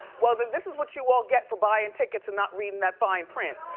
well but this is what you all get for buying tickets and not reading that fine print,